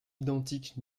identiques